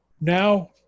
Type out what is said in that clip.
Now